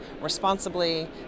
responsibly